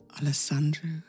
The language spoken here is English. Alessandro